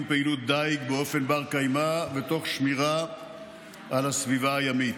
פעילות דיג באופן בר-קיימא ותוך שמירה על הסביבה הימית.